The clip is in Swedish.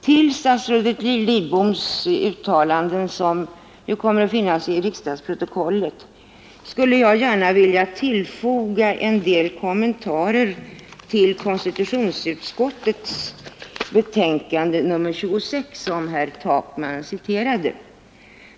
Till statsrådets Lidboms uttalanden, som kommer att återfinnas i riksdagsprotokollet, skulle jag gärna vilja foga en del kommentarer till konstitutionsutskottets betänkande nr 26, ur vilket herr Takman citerade.